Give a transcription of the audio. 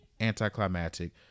anticlimactic